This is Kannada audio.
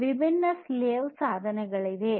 ವಿಭಿನ್ನ ಸ್ಲೇವ್ ಸಾಧನಗಳಿವೆ